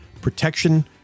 protection